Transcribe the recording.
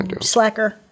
slacker